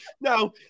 Now